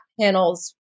panels